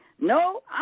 no